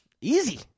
Easy